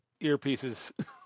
earpieces